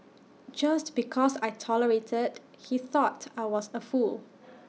just because I tolerated he thought I was A fool